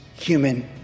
human